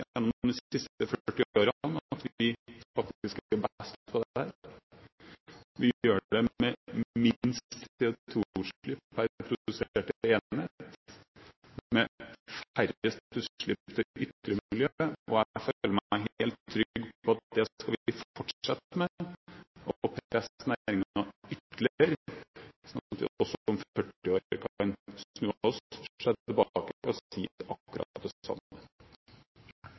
gjennom de siste 40 årene at vi faktisk er best på dette. Vi gjør det med minst CO2-utslipp per produserte enhet, med færrest utslipp til ytre miljø, og jeg føler meg helt trygg på at det skal vi fortsette med, og presse næringen ytterligere, slik at vi også om 40 år kan se oss tilbake og si akkurat det samme. Statsråden brukte i sitt innlegg en del tid på å